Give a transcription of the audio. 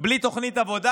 בלי תוכנית עבודה,